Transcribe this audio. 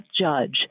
judge